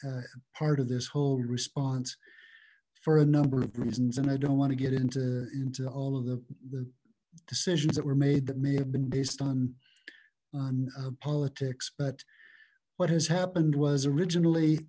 part of this whole response for a number of reasons and i don't want to get into into all of the decisions that were made that may have been based on politics but what has happened was originally